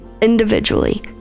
individually